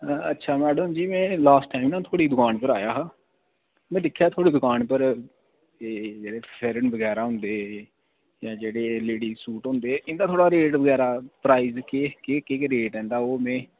अच्छा मैडम जी में ना लॉस्ट टाईम थुआढ़ी दुकान पर आया हा में दिक्खेआ थुआड़ी दुकान पर जेह्ड़े फिरन बगैरा होंदे जां जेह्ड़े लेडीज़ सूट होंदे इंदा जां थोह्ड़ा बगैरा प्राईज़ इंदा केह् केह् रेट ऐ इंदा ओह् में